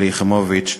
שלי יחימוביץ,